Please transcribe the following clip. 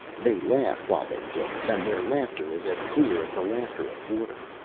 they laugh while they dance, and their laughter is as clear as the laughter of water.